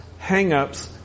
hangups